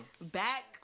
Back